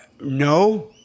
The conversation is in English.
No